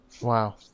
Wow